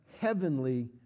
heavenly